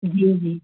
जी जी